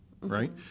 right